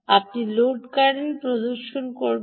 আমি load current প্রদর্শন করব